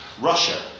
Russia